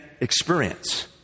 experience